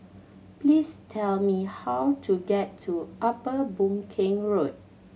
please tell me how to get to Upper Boon Keng Road